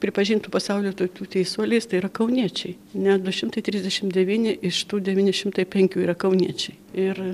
pripažintų pasaulio tautų teisuoliais tai yra kauniečiai net du šimtai trisdešimt devyni iš tų devyni šimtai penkių yra kauniečiai ir